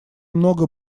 много